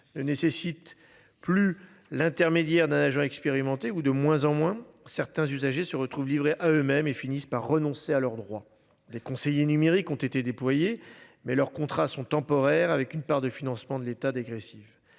ne nécessite plus l'intermédiaire d'un nageur expérimenté ou de moins en moins, certains usagers se retrouvent livrés à eux-mêmes et finissent par renoncer à leurs droits. Les conseillers numériques ont été déployés. Mais leur contrat sont temporaires, avec une part de financement de l'État dégressive.